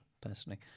personally